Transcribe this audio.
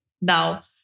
Now